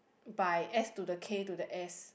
by S to the K to the S